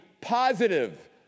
positive